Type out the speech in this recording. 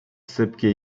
sypkie